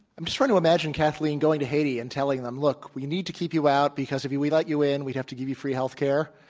i'm just trying to imagine kathleen going to haiti and telling them, look, we need to keep you out because if we let you in, we'd have to give you free healthcare,